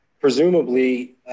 presumably